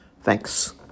Thanks